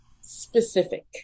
specific